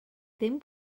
ddim